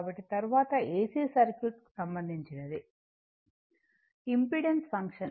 కాబట్టి తరువాత AC circuit సంబంధించినది ఇంపెడెన్స్ ఫంక్షన్